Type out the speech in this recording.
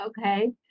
okay